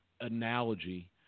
analogy